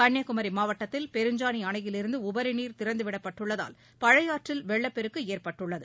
கன்னியாகுமரி மாவட்டத்தில் பெருஞ்சாணி அணையிலிருந்து உபரி நீா் திறந்துவிடப்பட்டுள்ளதால் பழையாற்றில் வெள்ளப்பெருக்கு ஏற்பட்டுள்ளது